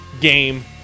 game